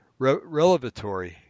Relevatory